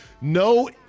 no